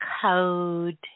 code